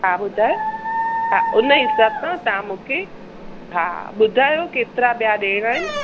हा ॿुधायो हा उन हिसाब सां तव्हां मूंखे हा ॿुधायो केतिरा ॿिया ॾियणा आहिनि